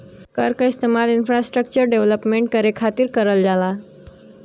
कर क इस्तेमाल इंफ्रास्ट्रक्चर डेवलपमेंट करे खातिर करल जाला